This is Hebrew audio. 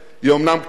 היא אומנם קטנה,